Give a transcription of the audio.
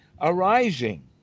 arising